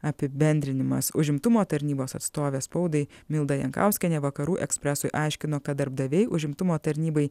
apibendrinimas užimtumo tarnybos atstovė spaudai milda jankauskienė vakarų ekspresui aiškino kad darbdaviai užimtumo tarnybai